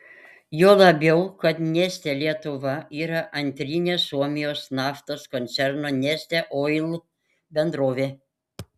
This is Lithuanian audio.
juo labiau kad neste lietuva yra antrinė suomijos naftos koncerno neste oil bendrovė